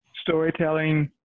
storytelling